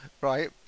Right